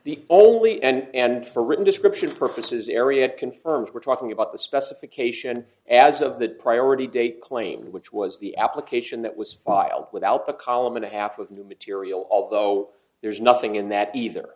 the only end for written descriptions purposes area confirms we're talking about the specification as of that priority date claim which was the application that was filed without the column and a half of new material although there's nothing in that either